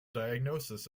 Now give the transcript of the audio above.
diagnosis